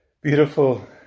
beautiful